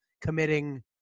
committing